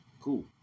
cool